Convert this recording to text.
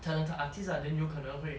talented artists lah then 有可能会